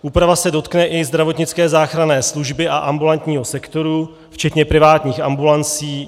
Úprava se dotkne i zdravotnické záchranné služby a ambulantního sektoru včetně privátních ambulancí.